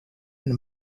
and